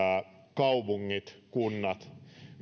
kaupungit ja kunnat